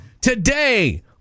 Today